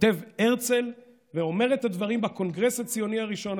כותב הרצל ואומר את הדברים בקונגרס הציוני הראשון,